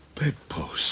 bedpost